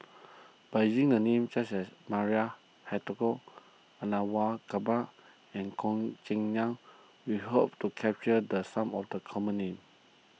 by using the names such as Maria Hertogh and Goh Cheng Liang we hope to capture the some of the common names